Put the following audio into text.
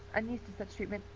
unused to such treatment,